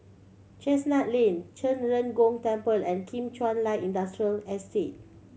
Chestnut Lane Zhen Ren Gong Temple and Kim Chuan Light Industrial Estate